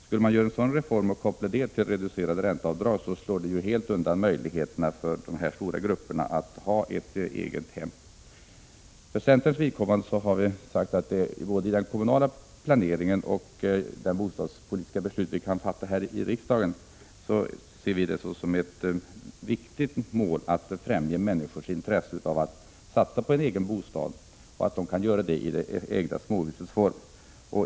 Skulle man koppla en skattereform med sådan innebörd till reducerade ränteavdrag, slår det helt undan möjligheterna för dessa stora grupper att ha ett eget hem. För centerns vidkommande ser vi det både i den kommunala planeringen och i de bostadspolitiska beslut som vi kan fatta här i riksdagen som ett viktigt mål att främja människors intresse av att satsa på en egen bostad, och de skall kunna göra detta i det egna småhusets form.